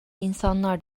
insanlar